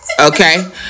okay